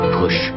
push